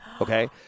Okay